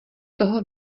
toho